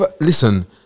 Listen